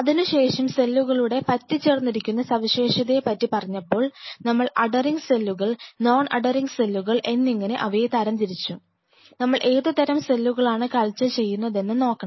അതിനുശേഷം സെല്ലുകളുടെ പറ്റി ചേർന്നിരിക്കുന്ന സവിശേഷതയെ പറ്റി പറഞ്ഞപ്പോൾ നമ്മൾ അധെറിങ് സെല്ലുകൾ നോൺ അധെറിങ് സെല്ലുകൾ എന്നിങ്ങനെ അവയെ തരംതിരിച്ചു നമ്മൾ ഏതുതരം സെല്ലുകളാണ് കൾച്ചർ ചെയ്യുന്നതെന്ന് നോക്കണം